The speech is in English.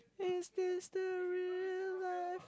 is this the real life